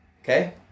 Okay